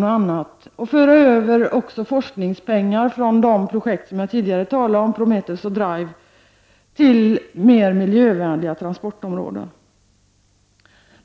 Man bör också föra över forskningspengar från de projekt som jag tidigare talade om, Prometheus och Drive, till mer miljövänliga trafikområden.